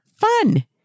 fun